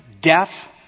death